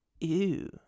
Ew